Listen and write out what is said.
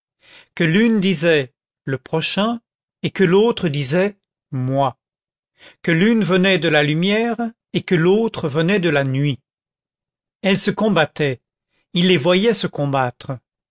que l'une disait le prochain et que l'autre disait moi que l'une venait de la lumière et que l'autre venait de la nuit elles se combattaient il les voyait se combattre